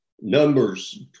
Numbers